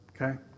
okay